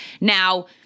Now